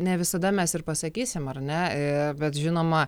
ne visada mes ir pasakysim ar ne bet žinoma